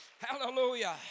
Hallelujah